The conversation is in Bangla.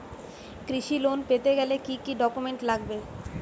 কৃষি লোন পেতে গেলে কি কি ডকুমেন্ট লাগবে?